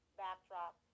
backdrop